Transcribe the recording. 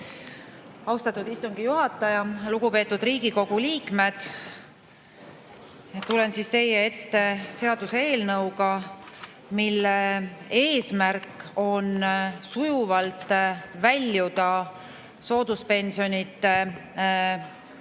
Austatud istungi juhataja! Lugupeetud Riigikogu liikmed! Tulen teie ette seaduseelnõuga, mille eesmärk on sujuvalt väljuda soodustingimustel